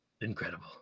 incredible